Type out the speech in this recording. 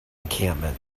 encampment